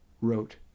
wrote